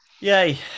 Yay